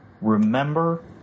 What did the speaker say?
remember